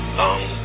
long